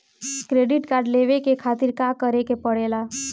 Credit card लेवे के खातिर का करेके पड़ेला?